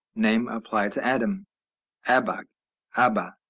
name applied to adam abagh abah.